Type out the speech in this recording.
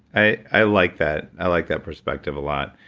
i i like that. i like that perspective a lot,